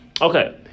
Okay